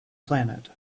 planet